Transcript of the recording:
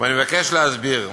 ואני מבקש להסביר.